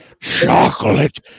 chocolate